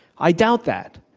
i doubt that.